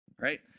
right